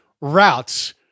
routes